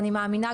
אני גם מאמינה,